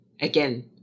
Again